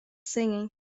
singing